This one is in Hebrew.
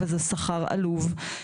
וזה שכר עלוב.